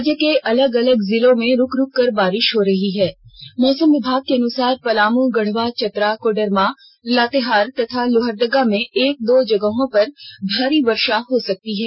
राज्य के अलग अलग जिलों में रुक रुककर बारिश हो रही है मौसम विभाग के अनुसार पलामू गढ़वा चतरा कोडरमा लातेहार तथा लोहरदगा में एक दो जगहों पर भारी वर्षा हो सकती है